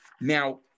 now